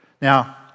Now